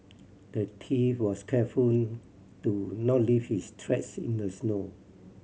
the thief was careful to not leave his tracks in the snow